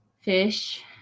fish